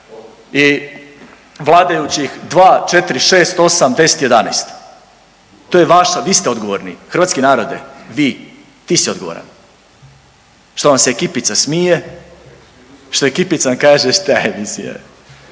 I vladajućih 2, 4, 6, 8, 10, 11. To je vaša, vi ste odgovorni, hrvatski narode vi. Ti si odgovoran što vam se ekipica smije, što ekipica vam kaže šta je.